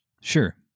sure